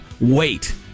Wait